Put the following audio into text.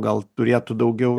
gal turėtų daugiau